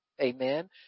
Amen